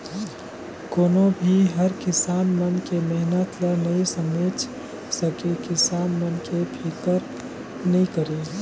कोनो भी हर किसान मन के मेहनत ल नइ समेझ सके, किसान मन के फिकर नइ करे